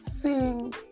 sing